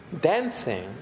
dancing